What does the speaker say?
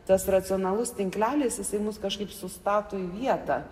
tas racionalus tinklelis jisai mus kažkaip sustato į vietą